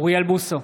אוריאל בוסו,